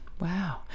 Wow